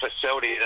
facility